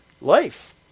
life